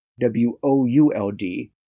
w-o-u-l-d